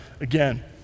again